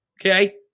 okay